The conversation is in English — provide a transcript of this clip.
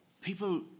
People